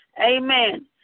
Amen